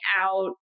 out